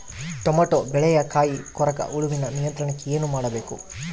Tomato ಬೆಳೆಯ ಕಾಯಿ ಕೊರಕ ಹುಳುವಿನ ನಿಯಂತ್ರಣಕ್ಕೆ ಏನು ಮಾಡಬೇಕು?